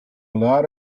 lot